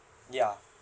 ya